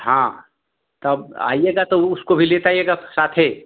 हाँ तब आइएगा तो उसको भी लेते आइएगा अब साथ में